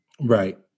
Right